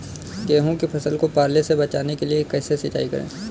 गेहूँ की फसल को पाले से बचाने के लिए कैसे सिंचाई करें?